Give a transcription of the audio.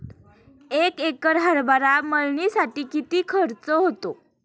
एक एकर हरभरा मळणीसाठी किती खर्च होतो?